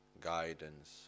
Guidance